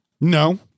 No